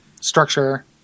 structure